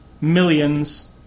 Millions